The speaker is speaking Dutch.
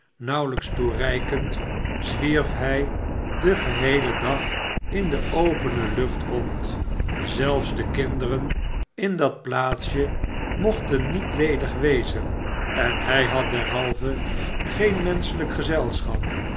te voorzien zwierf hij den geheelen dag in de opene lucht rond zelfs de kinderen in dat plaatsje mochten niet ledig wezen en hij had derhalve geen menschelijk gezelschap